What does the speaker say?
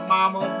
Mama